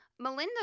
Melinda